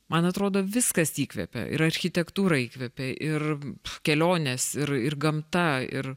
man atrodo viskas įkvepia ir architektūra įkvepia ir kelionės ir ir gamta ir